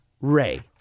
Ray